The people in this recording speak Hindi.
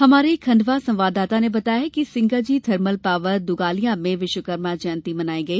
हमारे खण्डवा संवाददाता ने बताया है कि सिंगाजी थर्मल पावर दोगालिया में विश्वकर्मा जयंती मनाई गई